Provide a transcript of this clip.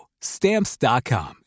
Stamps.com